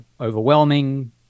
overwhelming